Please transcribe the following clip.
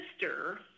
sister